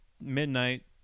midnight